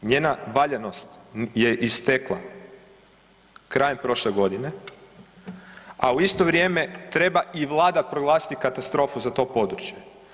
Njena valjanost je istekla krajem prošle godine, a u isto vrijeme treba i Vlada proglasiti katastrofu za to područje.